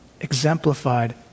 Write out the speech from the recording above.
exemplified